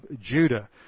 Judah